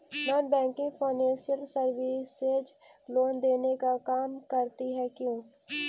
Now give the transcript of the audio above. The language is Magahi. Non banking financial services loan देने का काम करती है क्यू?